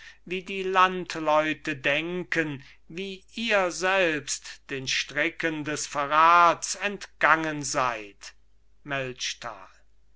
wie die landleute denken wie ihr selbst den stricken des verrats entgangen seid